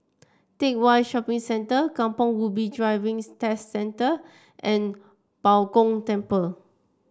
Teck Whye Shopping Centre Kampong Ubi Driving Test Centre and Bao Gong Temple